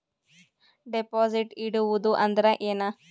Deposit ಇಡುವುದು ಅಂದ್ರ ಏನ?